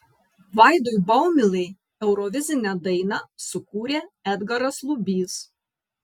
vaidui baumilai eurovizinę dainą sukūrė edgaras lubys